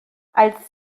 als